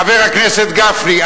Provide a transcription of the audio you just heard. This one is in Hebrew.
חבר הכנסת גפני,